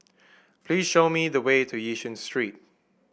please show me the way to Yishun Street